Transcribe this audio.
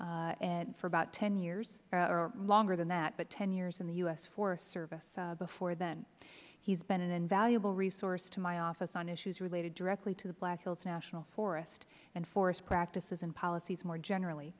wyoming for about ten years or longer than that but ten years in the u s forest service before then he has been an invaluable resource to my office on issues related directly to the black hills national forest and forest practices and policies more generally